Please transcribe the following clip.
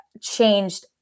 changed